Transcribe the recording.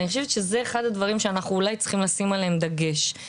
ואני חושבת שזה אחד הדברים שאנחנו אולי צריכים לשים עליהם דגש.